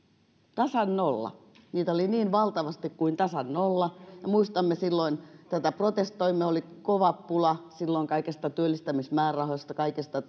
tasan nolla niitä oli niin valtavasti kuin tasan nolla ja muistamme että tätä protestoimme oli kova pula silloin kaikista työllistämismäärärahoista kaikesta